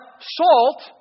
salt